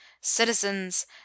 Citizens